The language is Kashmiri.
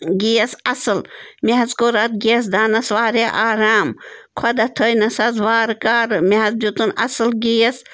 گیس اَصٕل مےٚ حظ کوٚر اَتھ گیس دانَس واریاہ آرام خۄدا تھٲینَس حظ وارٕ کارٕ مےٚ حظ دیُتُن اَصٕل گیس